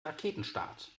raketenstart